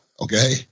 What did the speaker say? okay